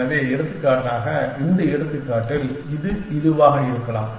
எனவே எடுத்துக்காட்டாக இந்த எடுத்துக்காட்டில் இது இதுவாக இருக்கலாம்